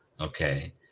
okay